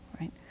right